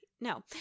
no